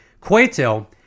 Cueto